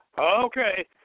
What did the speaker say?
Okay